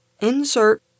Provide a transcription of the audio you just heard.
Insert